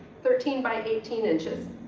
thirteen by eighteen inches,